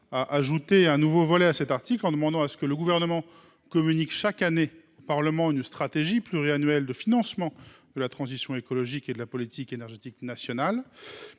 a ajouté un nouveau volet : le Gouvernement doit communiquer chaque année au Parlement une stratégie pluriannuelle de financement de la transition écologique et de la politique énergétique nationale.